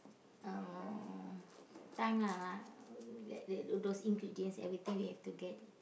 uh time lah lah like like those ingredients everything we have to get